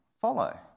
follow